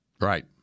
Right